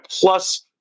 plus